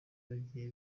bagiye